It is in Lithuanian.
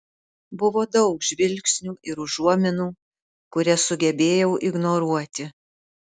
buvo daug žvilgsnių ir užuominų kurias sugebėjau ignoruoti